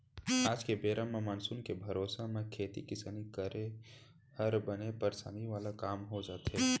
आज के बेरा म मानसून के भरोसा म खेती किसानी करे हर बने परसानी वाला काम हो जाथे